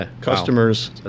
customers